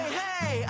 hey